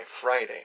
Friday